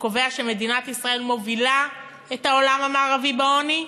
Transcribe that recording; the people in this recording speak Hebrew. שקובע שמדינת ישראל מובילה בעולם המערבי בעוני,